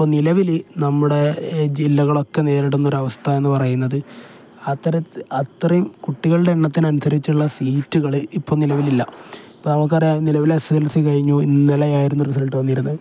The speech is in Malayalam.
ഇപ്പ നിലവിൽ നമ്മുടെ ജില്ലകളൊക്കെ നേരിടുന്ന ഒരവസ്ഥ എന്ന് പറയുന്നത് അത്രയും കുട്ടികളുടെ എണ്ണത്തിന് അനുസരിച്ചുള്ള സീറ്റുകൾ ഇപ്പം നിലവിൽ ഇല്ല ഇപ്പം നമുക്ക് അറിയാം നിലവിൽ എസ് എസ് എൽ സി കഴിഞ്ഞു ഇന്നലെ ആയിരുന്നു റിസൾട്ട് വന്നിരുന്നത്